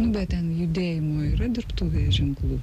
nu bet ten judėjimo yra dirbtuvėje ženklų